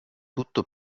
tutto